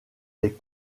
des